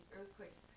earthquakes